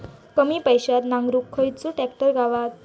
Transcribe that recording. कमी पैशात नांगरुक खयचो ट्रॅक्टर गावात?